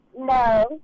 No